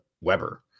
Weber